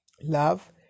love